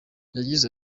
yagize